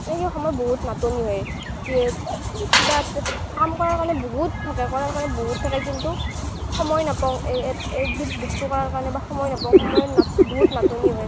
এই কি সময় বহুত নাটনি হয় কি কিবা এটা কাম কৰাৰ কাৰণে বহুত থাকে কৰাৰ কাৰণে বহুত থাকে কিন্তু সময় নাপাওঁ একবিধ বস্তু কৰাৰ কাৰণে বা সময় নাপাঁও সময়ৰ নাট বহুত নাটনি হয়